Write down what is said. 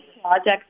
projects